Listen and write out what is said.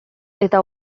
eta